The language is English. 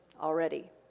already